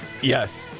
Yes